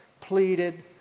pleaded